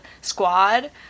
squad